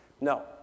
No